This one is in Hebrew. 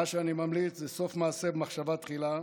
מה שאני ממליץ זה סוף מעשה במחשבה תחילה,